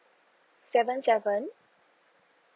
seven seven